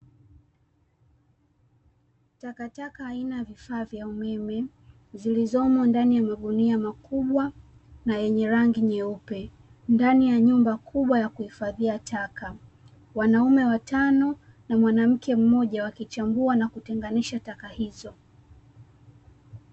Takataka aina ya vifaa vya umeme, zilizomo ndani ya magunia makubwa na yenye rangi nyeupe ndani ya nyumba kubwa na ya kuhifadhia taka. Wanaume watano na mwanamke mmoja wakichambua na kutenganisha taka hizo.